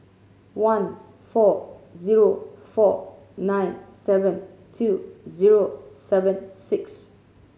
one four zero four nine seven two zero seven six